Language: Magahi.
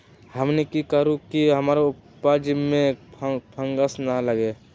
हमनी की करू की हमार उपज में फंगस ना लगे?